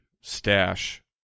stash